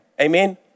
Amen